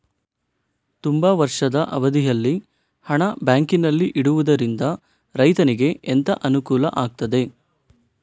ತುಂಬಾ ವರ್ಷದ ಅವಧಿಯಲ್ಲಿ ಹಣ ಬ್ಯಾಂಕಿನಲ್ಲಿ ಇಡುವುದರಿಂದ ರೈತನಿಗೆ ಎಂತ ಅನುಕೂಲ ಆಗ್ತದೆ?